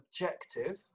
objective